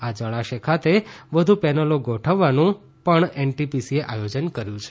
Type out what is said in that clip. આ જળાશય ખાતે વધુ પેનલો ગોઠવવાનું પણ એનટીપીસી એ આયોજન કર્યું છે